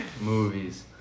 Movies